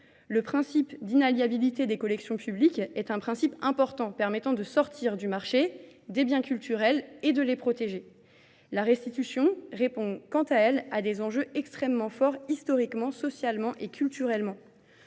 Le principe d'inaliabilité des collections publiques est un principe important, permettant de sortir du marché des biens culturels et de les protéger. La restitution répond quant à elle à des enjeux extrêmement forts historiquement, socialement et culturellement.